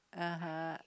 (uh huh)